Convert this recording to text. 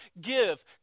give